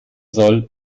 soll